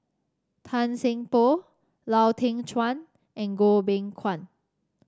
Tan Seng Poh Lau Teng Chuan and Goh Beng Kwan